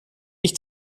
ich